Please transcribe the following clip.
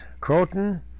Croton